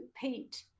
Pete